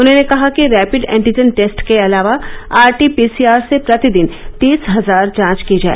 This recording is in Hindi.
उन्होंने कहा कि रैपिड एन्टीजन टेस्ट के अलावा आरटीपीसीआर से प्रतिदिन तीस हजार जांच की जाए